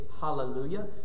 hallelujah